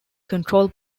control